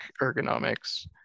ergonomics